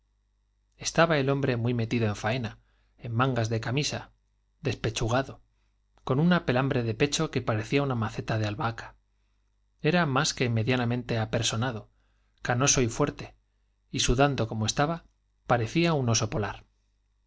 estaba el hombre muy metido en faena en mangas de camisa despechugado de pecho con una pelambre que parecía una maceta de albahaca era más que medianamente apersonado canoso y fuerte y su dando como estaba parecía un oso polar